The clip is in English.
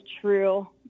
true